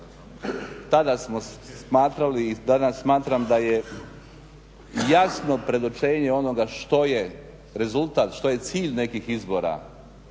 tada smo smatrali i danas smatram da je jasno predočenje onoga što je rezultat, što je cilj nekih izbora,